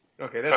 Okay